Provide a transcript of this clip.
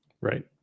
Right